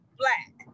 black